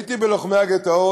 הייתי בלוחמי-הגטאות,